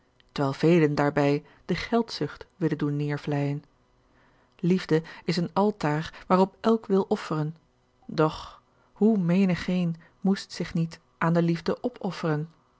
terwijl velen daarbij de geldzucht willen doen neêrvleijen liefde is een autaar waarop elk wil offeren doch hoe menigeen moest zich niet aan de liefde opofferen